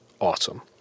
awesome